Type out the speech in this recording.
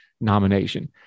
nomination